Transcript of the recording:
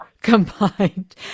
combined